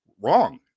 wrong